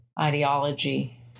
ideology